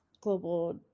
Global